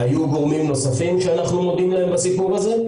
היו גורמים נוספים שאנחנו מודים להם בסיפור הזה.